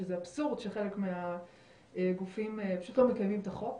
שזה אבסורד שחלק מהגופים פשוט לא מקיימים את החוק.